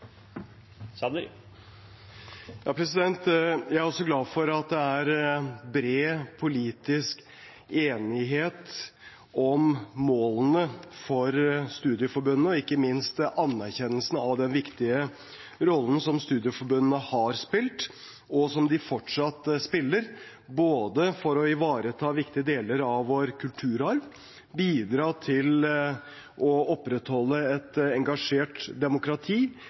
er glad for at det er bred politisk enighet om målene for studieforbundene, og ikke minst anerkjennelsen av den viktige rollen som studieforbundene har spilt, og som de fortsatt spiller, for både å ivareta viktige deler av vår kulturarv, bidra til å opprettholde et engasjert demokrati